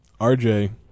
RJ